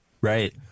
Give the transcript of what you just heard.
Right